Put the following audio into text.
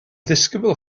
ddisgybl